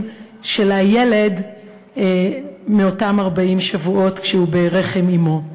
של הילד של אותם 40 שבועות כשהוא ברחם אמו.